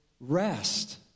rest